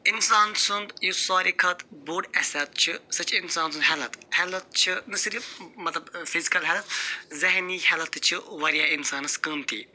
اِنسان سُنٛد یُس ساری کھۄتہٕ بوٚڈ اٮ۪سٮ۪ٹ چھِ سۄ چھِ اِنسان سٕنٛز ہٮ۪لٕتھ ہٮ۪لٕتھ چھُ نَہ صِرف مطلب فِزِکٕل ہٮ۪لٕتھ ذہنی ہٮ۪لٕتھ تہِ چھُ وارِیاہ اِنسانس قۭمتی